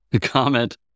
comment